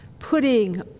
Putting